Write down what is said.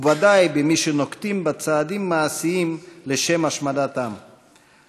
ובוודאי במי שנוקטים צעדים מעשיים לשם השמדת עם,